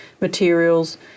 materials